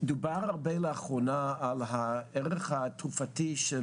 דובר הרבה לאחרונה על הערך התרופתי של